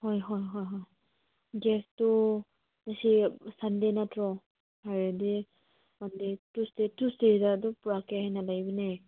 ꯍꯣꯏ ꯍꯣꯏ ꯍꯣꯏ ꯍꯣꯏ ꯒꯦꯠꯇꯨ ꯉꯁꯤ ꯁꯟꯗꯦ ꯅꯠꯇ꯭ꯔꯣ ꯍꯥꯏꯔꯗꯤ ꯃꯟꯗꯦ ꯇ꯭ꯋꯤꯁꯗꯦ ꯇ꯭ꯋꯤꯁꯗꯦꯗ ꯑꯗꯨꯝ ꯄꯨꯔꯛꯀꯦ ꯍꯥꯏꯅ ꯂꯩꯕꯅꯦ